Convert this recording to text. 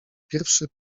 pierwszy